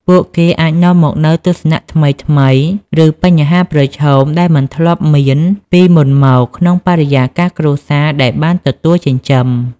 ពួកគេអាចនាំមកនូវទស្សនៈថ្មីៗ ឬបញ្ហាប្រឈមដែលមិនធ្លាប់មានពីមុនមកក្នុងបរិយាកាសគ្រួសារដែលបានទទួលចិញ្ចឹម។